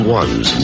ones